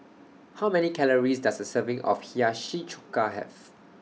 How Many Calories Does A Serving of Hiyashi Chuka Have